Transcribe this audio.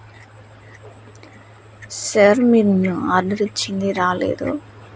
sir మేము order ఇచ్చింది రాలేదు